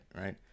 right